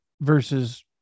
versus